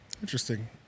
Interesting